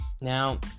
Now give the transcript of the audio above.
Now